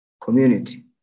community